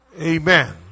Amen